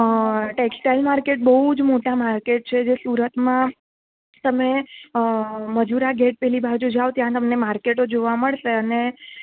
અઅ textile market બહુ જ મોટા માર્કેટ છે જે સુરતમાં તમે મજુરા ગેટ પેલી બાજુ જાઓ ત્યાં તમને માર્કેટો જોવા મળશે અને